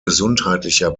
gesundheitlicher